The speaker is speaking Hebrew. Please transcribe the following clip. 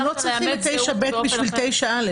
אבל אתם לא צריכים את 9ב בשביל 9א,